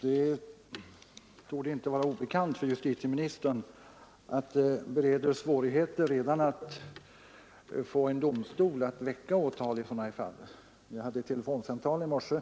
Herr talman! Det torde inte vara obekant för justitieministern att det bereder svårigheter redan att få åtal väckt i sådana här fall. Jag hade ett telefonsamtal i morse